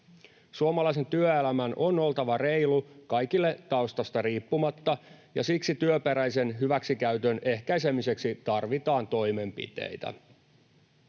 Suomalaisen työelämän on oltava reilu kaikille taustasta riippumatta, ja siksi työperäisen hyväksikäytön ehkäisemiseksi tarvitaan toimenpiteitä.